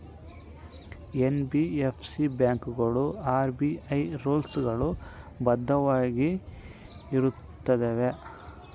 NBFC ಬ್ಯಾಂಕುಗಳು RBI rules ಗಳು ಬದ್ಧವಾಗಿ ಇರುತ್ತವೆಯ?